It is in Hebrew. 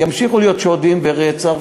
ימשיכו להיות שודים ורצח,